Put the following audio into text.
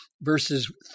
verses